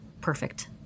perfect